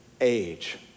age